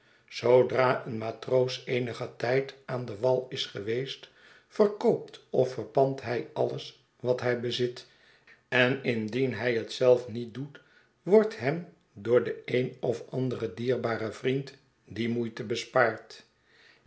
zoodra een matroos eenigen tijd aan den wai is geweest verkoopt of verpandthjj alies wat hij bezit en indien hij het zeifniet doet wordt hem door den een of anderen dierbaren vriend die moeite bespaard